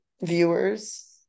viewers